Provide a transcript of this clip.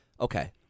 Okay